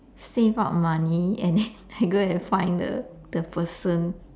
save up money and then I go and find the the person